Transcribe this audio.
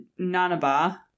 nanaba